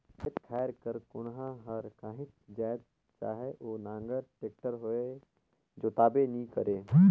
खेत खाएर कर कोनहा हर काहीच जाएत चहे ओ नांगर, टेक्टर होए जोताबे नी करे